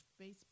Facebook